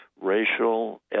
racial